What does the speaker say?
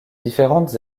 différentes